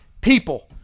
people